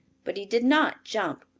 but he did not jump,